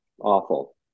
Awful